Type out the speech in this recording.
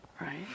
right